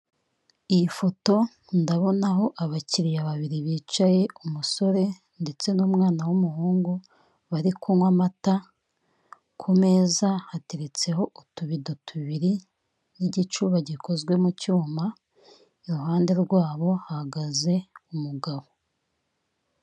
Iyi foto ndabonaho abakiriya babiri bicaye. Umusore ndetse n'umwana w'umuhungu bari kunywa amata; ku meza hateretseho utubido tubiri n'igicuba gikozwe mu cyuma, iruhande rwabo hahagaze umugabo.